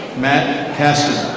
matt cassinov.